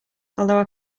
although